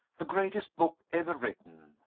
the greatest book ever written,